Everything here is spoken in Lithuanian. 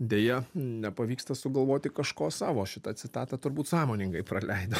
deja nepavyksta sugalvoti kažko savo šitą citatą turbūt sąmoningai praleido